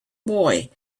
boy